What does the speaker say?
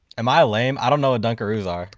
am i lame? i don't know dunkaroos are. ooohhh!